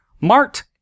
mart